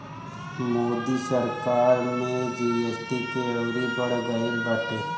मोदी सरकार में जी.एस.टी के अउरी बढ़ गईल बाटे